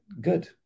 Good